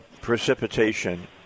precipitation